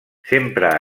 sempre